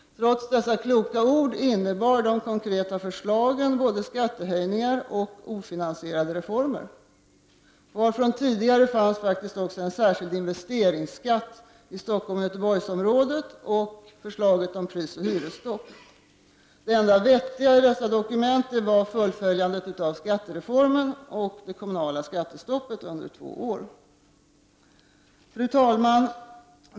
Trots dessa kloka ord innebar de konkreta förslagen både skattehöjningar och ofinansierade reformer. Kvar från tidigare fanns också en särskild investeringsskatt i Stockholmsoch Göteborgsområdena samt förslag om prisoch hyresstopp. Det enda vettiga i detta dokument var fullföljandet av skattereformen och kommunalt skattestopp under två år. Fru talman!